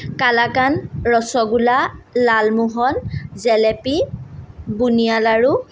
কালাকান্দ ৰসগোল্লা লালমোহল জেলেপি বুন্দিয়া লাড়ু